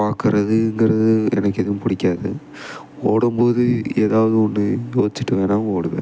பார்க்குறதுங்குறது எனக்கு எதுவும் பிடிக்காது ஓடும்போது ஏதாவுது ஒன்று யோசிச்சுட்டு வேணால் ஓடுவேன்